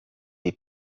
die